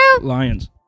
lions